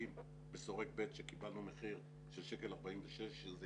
מדהים בשורק ב' שקיבלנו מחיר של 1.46 שקלים שזה